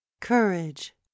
courage